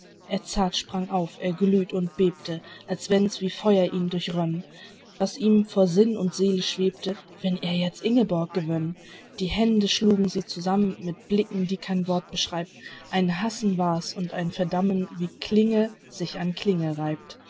edzard sprang auf er glüht und bebte als wenn's wie feuer ihn durchrönn was ihm vor sinn und seele schwebte wenn er jetzt ingeborg gewönn die hände schlugen sie zusammen mit blicken die kein wort beschreibt ein hassen war's und ein verdammen wie klinge sich an